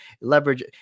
leverage